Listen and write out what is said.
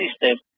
system